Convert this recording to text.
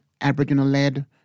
Aboriginal-led